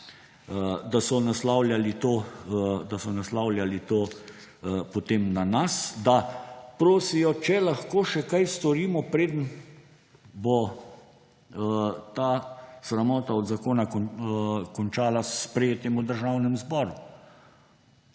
da so naslavljali potem na nas, da prosijo, če lahko še kaj storimo, preden bo ta sramota od zakona končala s sprejetjem v Državnem zboru.